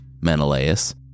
Menelaus